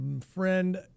friend